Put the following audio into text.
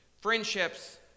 Friendships